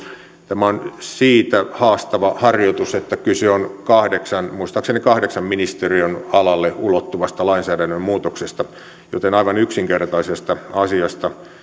tämä on siitä haastava harjoitus että kyse on muistaakseni kahdeksan ministeriön alalle ulottuvasta lainsäädännön muutoksesta joten aivan yksinkertaisesta asiasta